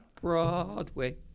Broadway